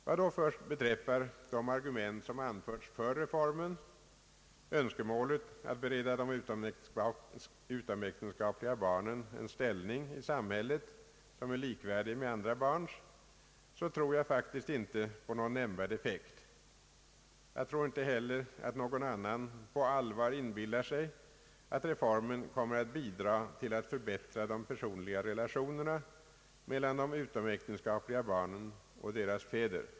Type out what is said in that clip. Vad då först beträffar de argument som har anförts för reformen, nämligen önskemålet att bereda de utomäktenskapliga barnen en ställning i samhället som är likvärdig med andra barns, så tror jag faktiskt inte på någon nämnvärd effekt. Jag tror inte heller att någon annan på allvar inbillar sig att reformen kommer att bidra till att förbättra de personliga relationerna mellan utomäktenskapliga barn och deras fäder.